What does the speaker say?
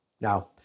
Now